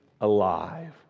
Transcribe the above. alive